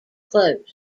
closed